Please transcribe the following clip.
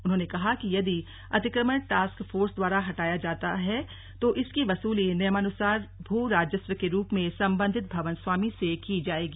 उन्होंने कहा कि यदि अतिक्रमण टास्क फोर्स द्वारा हटाया जाता जाता है तो इसकी वसूली नियमानुसार भू राजस्व के रूप में संबंधित भवन स्वामी से की जायेगी